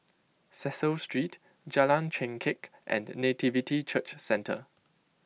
Cecil Street Jalan Chengkek and Nativity Church Centre